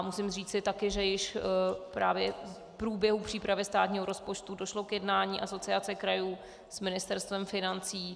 Musím taky říci, že již právě v průběhu přípravy státního rozpočtu došlo k jednání Asociace krajů s Ministerstvem financí.